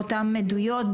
באותן מעדויות,